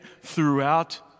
throughout